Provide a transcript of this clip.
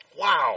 wow